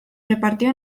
repartió